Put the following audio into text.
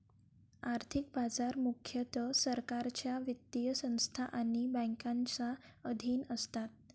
आर्थिक बाजार मुख्यतः सरकारच्या वित्तीय संस्था आणि बँकांच्या अधीन असतात